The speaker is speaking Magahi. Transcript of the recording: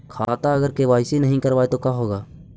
खाता अगर के.वाई.सी नही करबाए तो का होगा?